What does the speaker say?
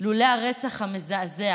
לולא הרצח המזעזע